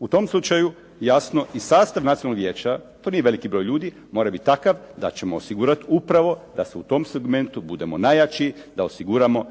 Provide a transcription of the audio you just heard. U tom slučaju jasno i sastav Nacionalnog vijeća, to nije veliki broj ljudi, mora biti takav da ćemo osigurati upravo da u tom segmentu budemo najjači, da osiguramo